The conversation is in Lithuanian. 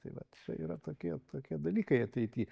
tai vat čia yra tokie tokie dalykai ateity